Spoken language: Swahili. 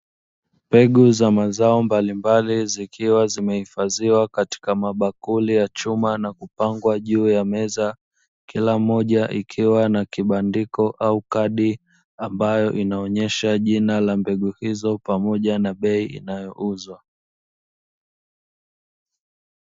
Mbegu za mazao mbalimbali zikiwa zimehifadhiwa katika mabakuli ya chuma na kupangwa juu ya meza, kila mmoja ikiwa na kibandiko au kadi ambayo inaonyesha jina la mbegu hizo pamoja na bei inayouzwa.